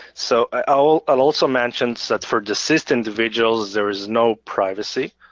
so i'll i'll also mention that for deceased individuals there is no privacy.